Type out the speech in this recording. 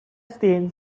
thin